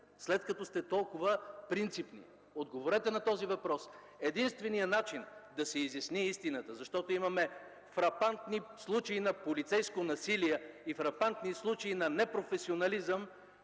След като сте толкова принципни, отговорете на този въпрос! Единственият начин да се изясни истината, защото имаме фрапантни случаи на полицейско насилие и фрапантни случаи на непрофесионализъм